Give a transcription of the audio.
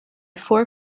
four